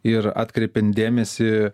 ir atkreipiant dėmesį